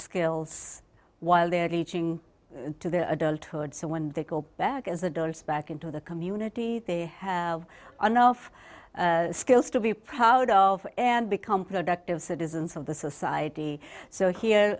skills while they're reaching into their adulthood so when they go back as adults back into the community they have an off skills to be proud of and become productive citizens of the society so here